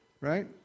Right